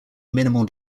minimal